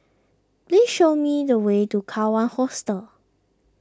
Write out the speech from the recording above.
please show me the way to Kawan Hostel